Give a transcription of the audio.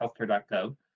healthcare.gov